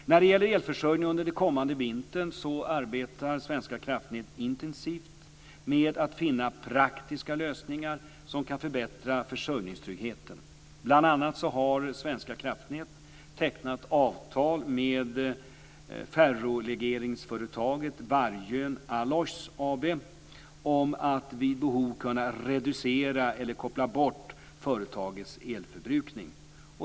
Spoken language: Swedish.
När det gäller elförsörjningen under den kommande vintern arbetar Svenska kraftnät intensivt med att finna praktiska lösningar som kan förbättra försörjningstryggheten. Bl.a. har Svenska kraftnät tecknat avtal med ferrolegeringsföretaget Vargön Alloys AB om att vid behov kunna reducera eller koppla bort företagets elförbrukning.